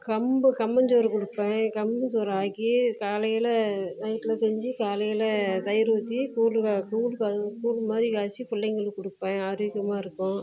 கம்பு கம்பஞ்சோறு கொடுப்பேன் கம்பு சோறு ஆக்கி காலையில் நைட்டில் செஞ்சு காலையில் தயிர் ஊற்றி கூழ் கா கூழ் கா கூழ் மாதிரி காய்ச்சி பிள்ளைங்களுக்கு கொடுப்பேன் ஆரோக்கியமாக இருக்கும்